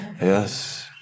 Yes